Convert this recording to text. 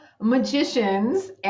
magicians